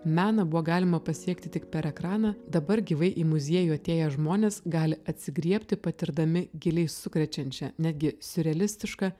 meną buvo galima pasiekti tik per ekraną dabar gyvai į muziejų atėję žmonės gali atsigriebti patirdami giliai sukrečiančią netgi siurrealistišką